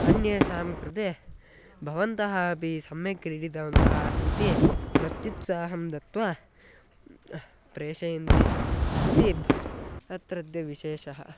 अन्येषां कृते भवन्तः अपि सम्यक् क्रीडितवन्तः इति प्रत्युत्साहं दत्त्वा प्रेषयन्ति इति वा अत्राद्य विशेषः